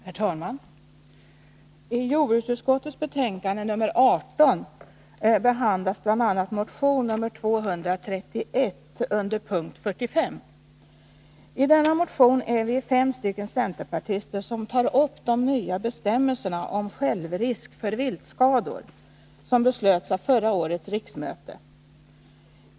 Herr talman! I jordbruksutskottets betänkade nr 18 behandlas under punkt 45 bl.a. motion nr 231. I denna motion är vi fem centerpartister som tar upp de nya bestämmelserna om självrisk för viltskador som beslöts av förra årets riksmöte.